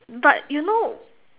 but you know